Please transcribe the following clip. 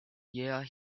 year